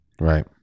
right